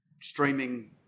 streaming